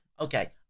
Okay